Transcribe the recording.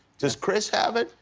does chris have it?